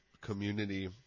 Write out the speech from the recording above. community